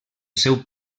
seu